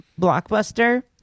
blockbuster